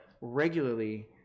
regularly